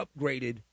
upgraded